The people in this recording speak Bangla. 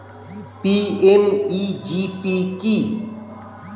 পি.এম.ই.জি.পি কি?